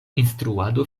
instruado